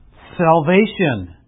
Salvation